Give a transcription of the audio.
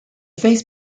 face